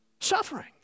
suffering